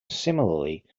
similarly